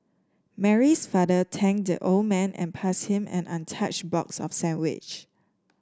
Mary's father thanked the old man and passed him an untouched box of sandwiches